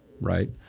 right